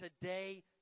today